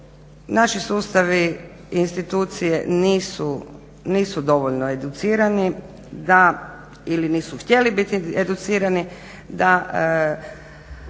naši sustavi, institucije nisu dovoljno educirani da ili nisu htjeli biti educirani da